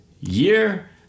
year